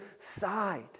side